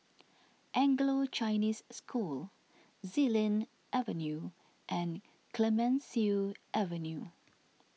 Anglo Chinese School Xilin Avenue and Clemenceau Avenue